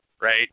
right